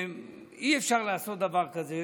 שאי-אפשר לעשות דבר כזה,